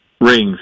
rings